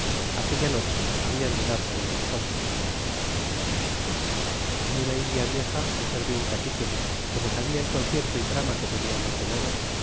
aquella noche habian de dar sobre nosotros y una india vieja muger de un cacique como sabia el concierto y trama que tenian ordenado